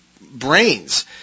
brains